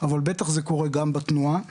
אבל בטח זה קורה גם בתנועה,